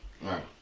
Right